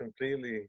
completely